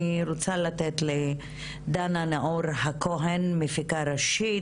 אני רוצה לתת לדנה נאור הכהן, מפיקה ראשית.